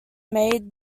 made